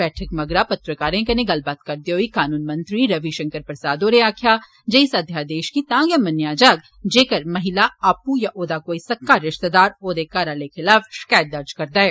बैठक मगरा पत्रकारें कन्ने गल्ल करदे होई कनून मंत्री रवि शंकर प्रसाद होरें आक्खेआ जे इस अध्यादेश तां गै मन्नेया जाग जेकर महिला आपूं या ओदा कोई सक्का रिश्तेदार ओदे घरै आले खलाफ शकैत दर्ज करदा ऐ